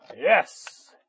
Yes